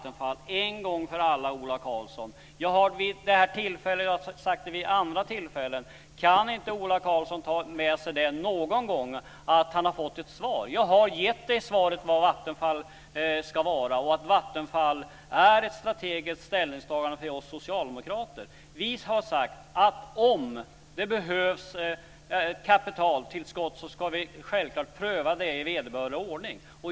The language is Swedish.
En gång för alla, Ola Karlsson, jag har vid det här tillfället och vid andra tillfällen svarat på frågan. Kan inte Ola Karlsson någon gång ta med sig att han har fått ett svar? Vattenfall innebär ett strategiskt ställningstagande för oss socialdemokrater. Om det behövs ett kapitaltillskott ska vi självfallet pröva detta i vederbörlig ordning.